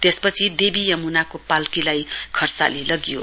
त्यसपछि देवी यमुनाको पाल्कीलाई खर्साली लगियो